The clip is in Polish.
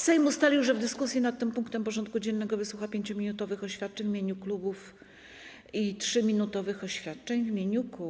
Sejm ustalił, że w dyskusji nad tym punktem porządku dziennego wysłucha 5-minutowych oświadczeń w imieniu klubów i 3-minutowych oświadczeń w imieniu kół.